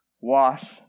wash